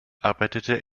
arbeitete